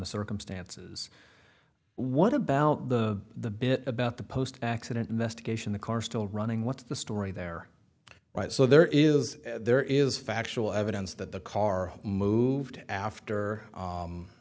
circumstances what about the the bit about the post accident investigation the car still running what's the story there right so there is there is factual evidence that the car moved after